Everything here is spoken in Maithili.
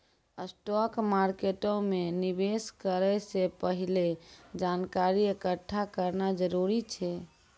स्टॉक मार्केटो मे निवेश करै से पहिले जानकारी एकठ्ठा करना जरूरी छै